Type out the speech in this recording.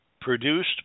produced